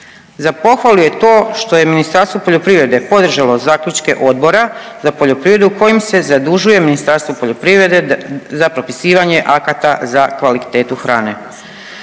Za pohvalu je to što je Ministarstvo poljoprivrede podržalo zaključke Odbora za poljoprivredu kojim se zadužuje Ministarstvo poljoprivrede za propisivanje akata za kvalitetu hrane.